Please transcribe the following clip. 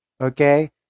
okay